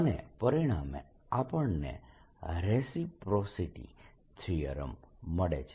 અને પરિણામે આપણને રેસિપ્રોસિટી થીયરમ મળે છે